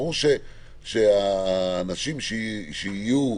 ברור שהאנשים שיטפלו